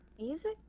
music